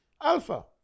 alpha